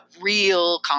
real